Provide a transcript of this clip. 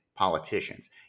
politicians